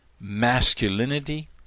Masculinity